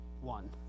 one